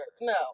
No